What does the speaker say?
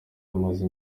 amaze